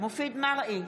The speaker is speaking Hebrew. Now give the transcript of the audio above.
מופיד מרעי,